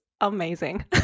amazing